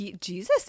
Jesus